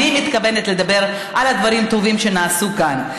אני מתכוונת לדבר על הדברים הטובים שנעשו כאן.